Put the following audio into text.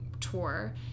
tour